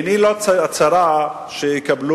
עיני לא צרה, שיקבל